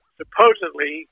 supposedly